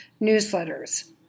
newsletters